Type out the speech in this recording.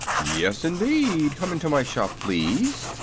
yes, indeed come into my shop, please,